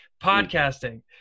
podcasting